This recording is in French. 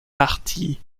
parti